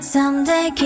Someday